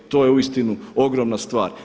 To je uistinu ogromna stvar.